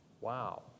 wow